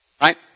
right